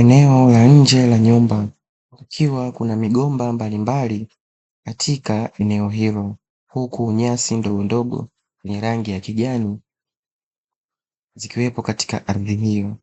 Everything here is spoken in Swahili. Eneo la nje la nyumba ikiwa kuna migomba mbalimbali katika eneo hilo huku nyasi ndogondogo zenye rangi ya kijani zikiwepo katika ardhi hiyo.